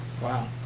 Wow